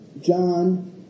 John